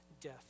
death